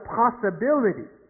possibility